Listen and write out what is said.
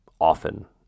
often